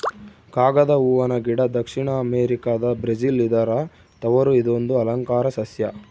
ಕಾಗದ ಹೂವನ ಗಿಡ ದಕ್ಷಿಣ ಅಮೆರಿಕಾದ ಬ್ರೆಜಿಲ್ ಇದರ ತವರು ಇದೊಂದು ಅಲಂಕಾರ ಸಸ್ಯ